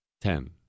Ten